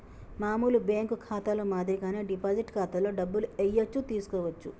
మామూలు బ్యేంకు ఖాతాలో మాదిరిగానే డిపాజిట్ ఖాతాలో డబ్బులు ఏయచ్చు తీసుకోవచ్చు